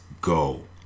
go